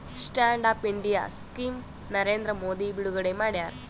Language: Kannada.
stand Up India scheme Narendra Modi ಬಿಡುಗಡೆ ಮಾಡ್ಯಾರ